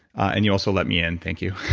and you also let me in. thank you.